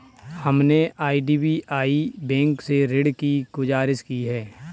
हमने IDBI bank से ऋण की गुजारिश की है